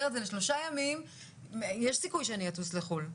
ויש לו יכולת לדחוק וריאנטים שהם בתפוצה